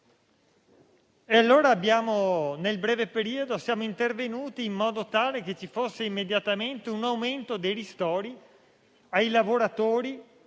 politico. Nel breve periodo siamo intervenuti in modo tale che ci fosse immediatamente un aumento dei ristori ai lavoratori